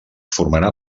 formarà